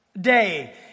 day